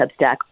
substack